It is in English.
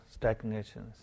stagnations